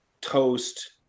toast